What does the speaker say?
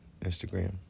Instagram